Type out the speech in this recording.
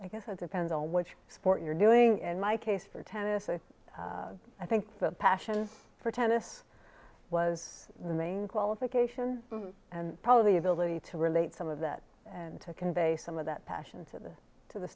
i guess it depends on which sport you're doing in my case for tennis and i think the passion for tennis was the main qualification and probably the ability to relate some of that to convey some of that passion to this to the